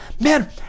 Man